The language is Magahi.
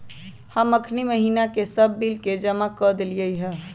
हम अखनी महिना के सभ बिल के जमा कऽ देलियइ ह